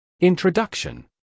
Introduction